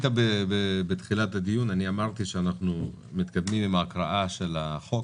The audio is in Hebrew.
בתחילת הדיון אמרתי שאנחנו מתקדמים עם הקראת הצעת החוק